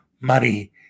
money